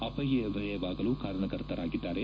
ಅಪವ್ಯಯವಾಗಲು ಕಾರಣಕರ್ತರಾಗಿದ್ದಾರೆ